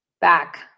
back